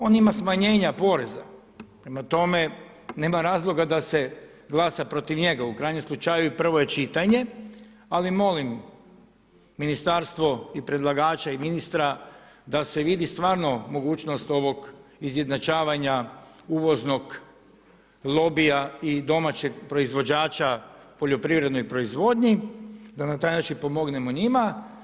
On ima smanjenja poreza, prema tome nema razloga da se glasa protiv njega, u krajnjem slučaju prvo je čitanje, ali molim ministarstvo i predlagača i ministra da se vidi stvarno mogućnost ovog izjednačavanja uvoznog lobija i domaćeg proizvođača poljoprivrednoj proizvodnji da na taj način pomognemo njima.